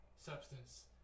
Substance